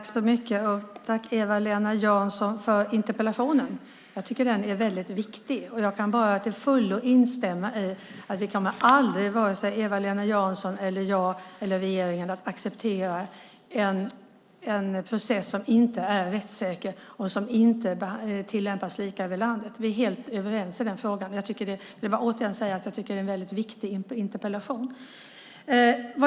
Herr talman! Jag tackar Eva-Lena Jansson för interpellationen. Jag tycker att den är viktig, och jag kan bara till fullo instämma i att vi - vare sig Eva-Lena Jansson, jag eller regeringen - aldrig kommer att acceptera en process som inte är rättssäker och som inte tillämpas lika över landet. Vi är helt överens i den frågan. Jag vill återigen säga att jag tycker att detta är en viktig interpellation.